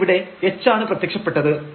അപ്പോൾ ഇവിടെ h ആണ് പ്രത്യക്ഷപ്പെട്ടത്